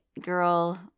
girl